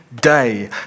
day